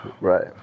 right